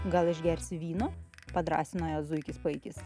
gal išgersi vyno padrąsino ją zuikis puikis